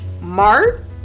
mart